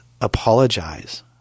apologize